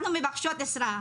אנחנו מבקשות עזרה,